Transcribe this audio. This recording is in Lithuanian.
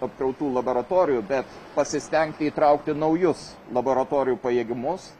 apkrautų laboratorijų bet pasistengti įtraukti naujus laboratorijų pajėgumus